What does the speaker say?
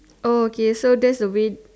oh okay so that's the way